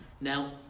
Now